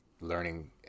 learning